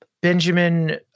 Benjamin